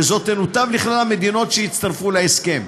וזו תנותב לכלל המדינות שהצטרפו להסכם.